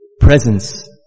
presence